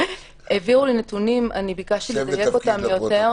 העבירו לי נתונים, אני ביקשתי לדייק אותם יותר.